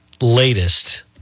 latest